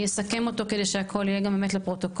אני אסכם אותו כדי שהכל יהיה גם באמת לפרוטוקול.